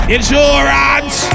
Insurance